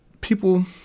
People